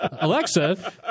Alexa